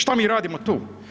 Šta mi radimo tu?